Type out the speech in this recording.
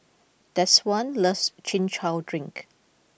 Deshawn loves Chin Chow Drink